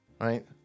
Right